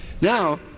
Now